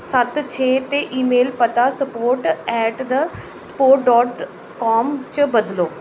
सत्त छे ते ईमेल पता sport at the sport dot com च बदलो